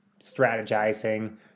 strategizing